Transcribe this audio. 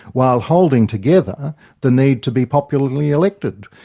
while holding together the need to be popularly elected.